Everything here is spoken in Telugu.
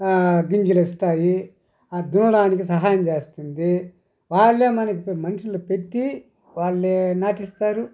గింజలు ఇస్తాయి దున్నడానికి సహాయం చేస్తుంది వాళ్లే మనకి మనుషులను పెట్టి వాళ్లే నాటిస్తారు